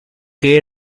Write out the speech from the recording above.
que